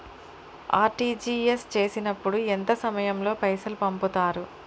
RTGS చేసినప్పుడు ఎంత సమయం లో పైసలు పంపుతరు?